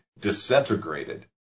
disintegrated